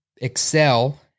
excel